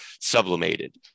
sublimated